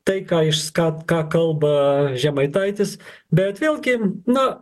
tai ką is ką ką kalba žemaitaitis bet vėlgi na